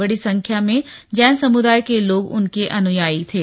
बड़ी संख्या में जैन समुदाय के लोग उनके अनुयायी थे